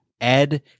Ed